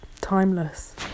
timeless